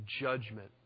judgment